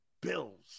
Bills